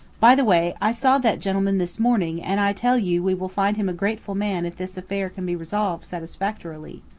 by the way i saw that gentleman this morning and i tell you we will find him a grateful man if this affair can be resolved satisfactorily.